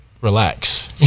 relax